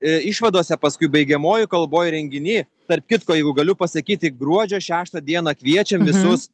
išvadose paskui baigiamojoj kalboj renginy tarp kitko jeigu galiu pasakyti gruodžio šeštą dieną kviečiam visus